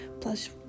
Plus